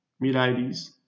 mid-80s